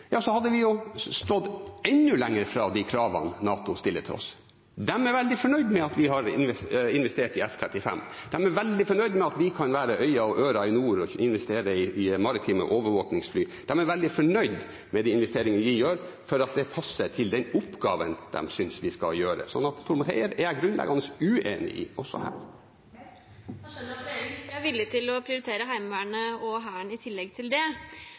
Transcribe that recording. hadde vi stått enda lenger fra de kravene NATO stiller til oss. De er veldig fornøyd med at vi har investert i F-35. De er veldig fornøyd med at vi investerer i maritime overvåkningsfly og kan være øyne og ører i nord. De er veldig fornøyd med de investeringene vi gjør, fordi det passer til den oppgaven de synes vi skal gjøre. Så Tormod Heier og jeg er grunnleggende uenige. Emilie Enger Mehl – til oppfølgingsspørsmål. Da skjønner jeg at regjeringen ikke er villig til å prioritere Heimevernet og Hæren i tillegg til det.